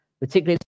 particularly